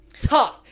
tough